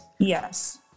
Yes